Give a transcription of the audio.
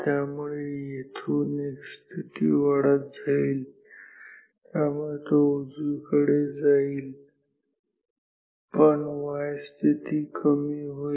त्यामुळे येथून x स्थिती वाढत जाईल त्यामुळे तो उजवीकडे जाईल पण y स्थिती कमी होईल